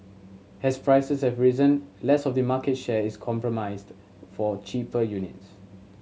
as prices have risen less of the market share is comprised for cheaper units